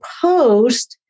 post